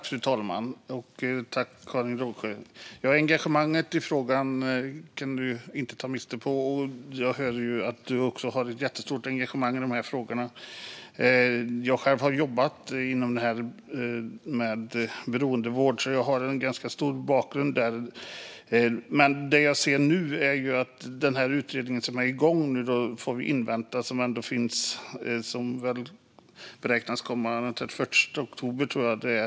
Fru talman! Engagemanget i frågan går inte att ta miste på. Jag hör att du också har ett jättestort engagemang i dessa frågor, Karin Rågsjö. Jag har själv jobbat inom beroendevård och har alltså en ganska stark bakgrund där. Det jag ser nu är dock att vi får invänta den utredning som är på gång och som beräknas komma den 31 oktober, tror jag att det är.